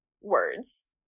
words